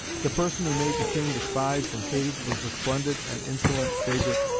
the person who made the king despised and hated was the splendid and insolent favourite,